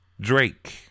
Drake